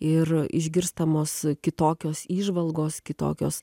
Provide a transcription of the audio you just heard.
ir išgirstamos kitokios įžvalgos kitokios